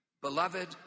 Beloved